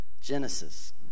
Genesis